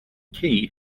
key